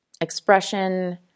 expression